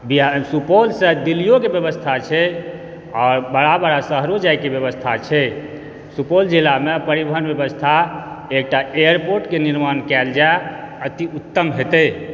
सुपौल सँ दिल्लीयो के व्यवस्था छै और बड़ा बड़ा शहरो जाइके व्यवस्था छै सुपौल जिलामे परिवहन व्यवस्था एकटा एयरपोर्ट के निर्माण कयल जाए अति ऊत्तम हेतै